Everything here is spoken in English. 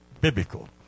biblical